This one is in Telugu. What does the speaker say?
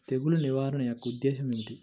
తెగులు నిర్వహణ యొక్క ఉద్దేశం ఏమిటి?